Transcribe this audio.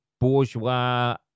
bourgeois